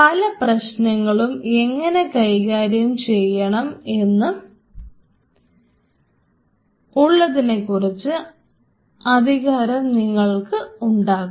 പല പ്രശ്നങ്ങളും എങ്ങനെ കൈകാര്യം ചെയ്യണം എന്നുള്ളതിനുള്ള അധികാരം നിങ്ങൾക്ക് ഉണ്ടാകും